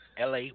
LA